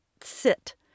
sit